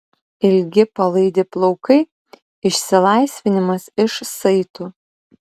ilgi palaidi plaukai išsilaisvinimas iš saitų